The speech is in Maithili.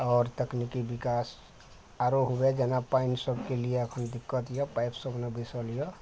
आओर तकनीकी विकास आरो हुवै जेना पानि सबके लिये एखन दिक्कत यऽ पाइप सब नहि बैसल यऽ